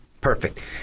Perfect